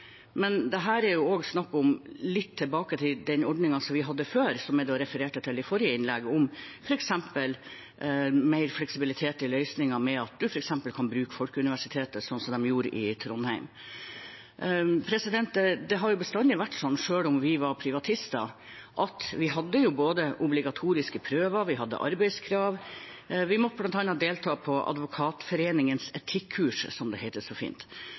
her er det også snakk om å gå litt tilbake til den ordningen vi hadde før, som jeg refererte til i forrige innlegg, med mer fleksibilitet i løsningen, at man f.eks. kan bruke Folkeuniversitetet, som man gjorde i Trondheim. Det har bestandig vært sånn at selv om vi var privatister, hadde vi både obligatoriske prøver og arbeidskrav, og vi måtte bl.a. delta på Advokatforeningens etikkurs, som det heter så fint.